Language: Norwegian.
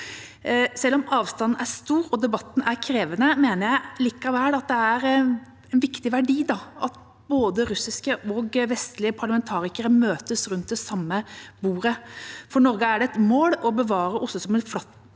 Selv om avstanden er stor og debatten er krevende, mener jeg likevel det er en viktig verdi i at både russiske og vestlige parlamentarikere møtes rundt det samme bordet. For Norge er det et mål å bevare OSSE som en plattform